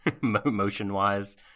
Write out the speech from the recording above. motion-wise